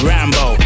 Rambo